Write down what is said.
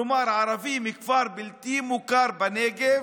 כלומר, ערבי מכפר בלתי מוכר בנגב,